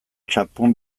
txanpon